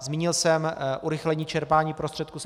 Zmínil jsem urychlení čerpání prostředků z EU.